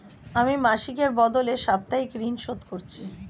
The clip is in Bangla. আমি মাসিকের বদলে সাপ্তাহিক ঋন শোধ করছি